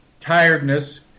tiredness